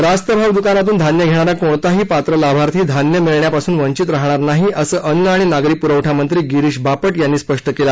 रास्त भाव दुकानातून धान्य घेणारा कोणताही पात्र लाभार्थी धान्य मिळण्यापासून वंचित रहाणार नाहीत असं अन्न आणि नागरी पुरवठा मंत्री गिरीष बापट यांनी स्पष्ट केलं